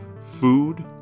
Food